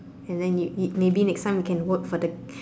and then you you maybe next time you can work for the